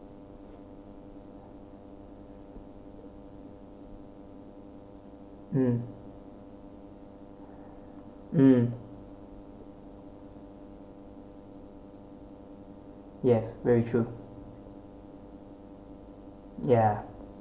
um yes very true ya